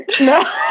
No